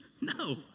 No